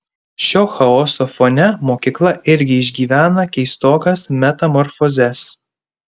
šio chaoso fone mokykla irgi išgyvena keistokas metamorfozes